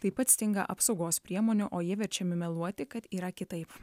taip pat stinga apsaugos priemonių o jie verčiami meluoti kad yra kitaip